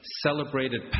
celebrated